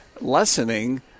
lessening